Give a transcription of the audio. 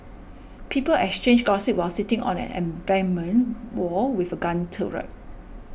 people exchanged gossip while sitting on an embankment wall with a gun turret